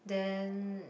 then